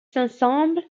ensemble